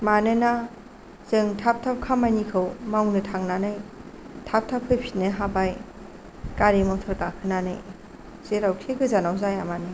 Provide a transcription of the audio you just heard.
मानोना जों थाब थाब खामानिखौ मावनो थांनानै थाब थाब फैफिननो हाबाय गारि मथर गाखोनानै जेरावखि गोजानाव जायामानो